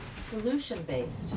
solution-based